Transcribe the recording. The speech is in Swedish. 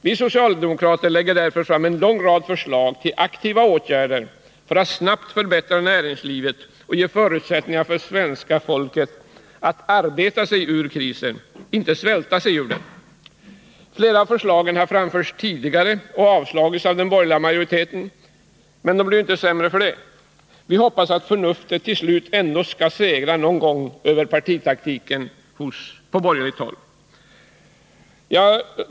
Vi socialdemokrater lägger därför fram en lång rad förslag till aktiva åtgärder för att snabbt förbättra näringslivet och ge förutsättningar för svenska folket att arbeta sig ur krisen, inte svälta sig ur den. Flera förslag har framförts tidigare och avslagits av den borgerliga majoriteten, men de blev inte sämre för det. Vi hoppas att förnuftet till slut ändå skall segra någon gång över partitaktiken på borgerligt håll.